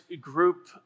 group